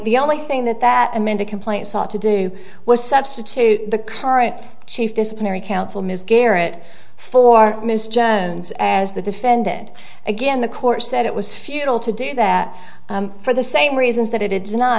the only thing that that amended complaint sought to do was substitute the current chief disciplinary counsel ms garrett for miss jones as the defendant again the court said it was futile to do that for the same reasons that it is not